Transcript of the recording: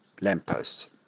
lampposts